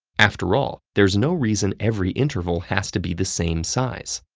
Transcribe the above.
after all, there's no reason every interval has to be the same size.